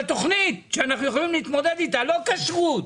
אבל תוכנית שאנחנו יכולים להתמודד איתה, לא כשרות.